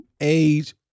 age